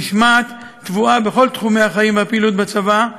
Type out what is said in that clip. המשמעת טבועה בכל תחומי החיים והפעילות בצבא.